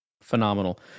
phenomenal